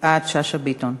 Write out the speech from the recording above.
יפעת שאשא ביטון.